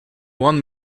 one